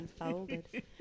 unfolded